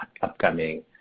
upcoming